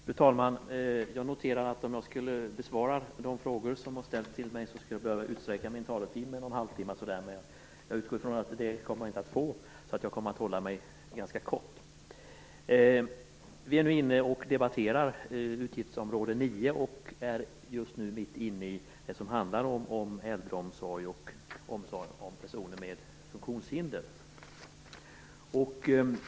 Fru talman! Jag noterat att om jag skulle besvara alla de frågor som har ställts till mig, skulle jag behöva utsträcka min taletid med ungefär en och en halv timme. Men det utgår jag från att jag inte ges möjlighet att göra, så jag kommer att fatta mig ganska kort. Vi debatterar nu utgiftsområde 9 och är just nu mitt inne i det som handlar om äldreomsorg och omsorg om personer med funktionshinder.